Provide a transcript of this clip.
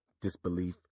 disbelief